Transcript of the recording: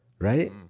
right